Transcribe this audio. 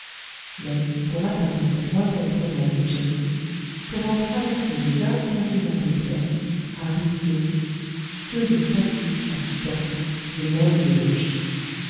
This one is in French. mais pour atteindre cette lointaine province du chen si pour en traverser les interminables plaines arides et nues que de fatigues à supporter et même de dangers